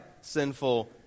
sinful